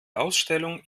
ausstellung